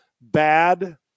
bad